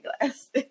glasses